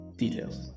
details